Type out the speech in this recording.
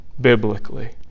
biblically